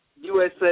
USA